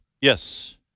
Yes